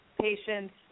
patients